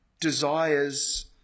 desires